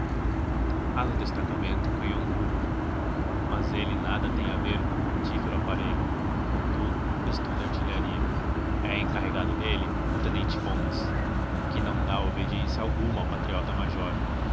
há no destacamento um canhão krupp mas ele nada tem a ver com o mortífero aparelho contudo estuda artilharia é encarregado dele o tenente fontes que não dá obediência ao patriota major